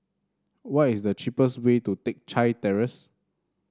what is the cheapest way to Teck Chye Terrace